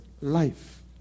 life